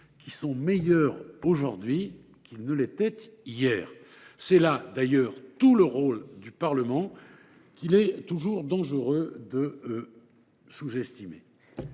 qui sont meilleurs aujourd’hui qu’ils ne l’étaient hier. C’est là tout le rôle du Parlement, qu’il est toujours dangereux de sous-estimer.